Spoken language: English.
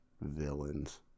villains